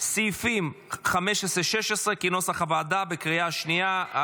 סעיפים 15 16, כנוסח הוועדה, בקריאה שנייה.